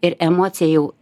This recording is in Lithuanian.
ir emocija jau